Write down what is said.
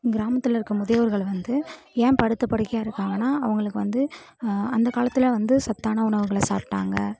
கிராமத்தில் இருக்க முதியவர்கள் வந்து ஏன் படுத்த படுக்கையாக இருக்காங்கனா அவங்களுக்கு வந்து அந்த காலத்தில் வந்து சத்தான உணவுகளை சாப்பிடாங்க